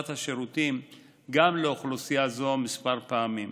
השירותים גם לאוכלוסייה זו כמה פעמים.